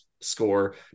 Score